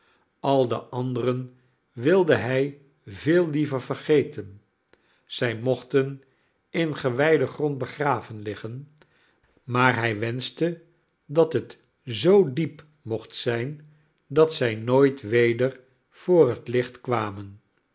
al de anderen wilde hij veel liever vergeten zij mochten in gewijden grond begraven liggen maar hij wenschte dat het zoo diep mocht zijn dat zij nooit weder voor het licht kwamen